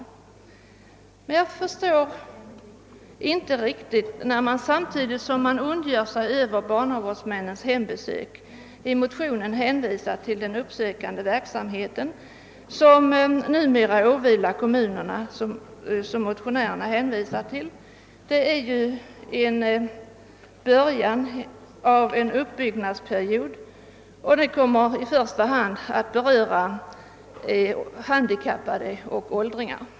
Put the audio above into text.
I den motion där denna fråga behandlas ondgör man sig emellertid över barnavårdsmännens hembesök, och motionärerna hänvisar till den uppsökande verksamheten som numera åvilar kommunerna. Därvidlag är man emellertid i början av en uppbyggnadsperiod, och verksamheten kommer i första hand att beröra handikappade och åldringar.